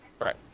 Right